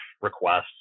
requests